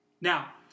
Now